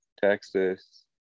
Texas